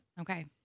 Okay